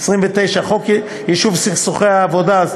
29. חוק יישוב סכסוכי עבודה,